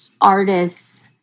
artists